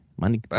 Money